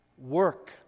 work